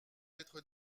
être